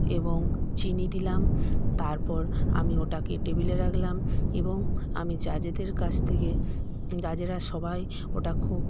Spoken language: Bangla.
এবং চিনি দিলাম তারপর আমি ওটাকে টেবিলে রাখলাম এবং আমি জাজেদের কাছ থেকে জাজেরা সবাই ওটা খুব